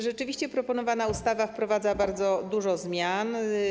Rzeczywiście proponowana ustawa wprowadza bardzo dużo zmian.